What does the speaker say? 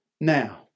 now